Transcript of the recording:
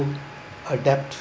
to adapt